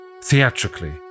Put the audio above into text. Theatrically